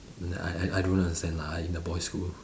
n~ I I I don't understand lah I in the boys' school